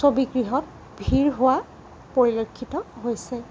ছবি গৃহত ভিৰ হোৱা পৰিলক্ষিত হৈছে